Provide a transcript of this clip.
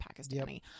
Pakistani